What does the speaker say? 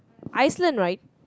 Iceland right